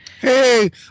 Hey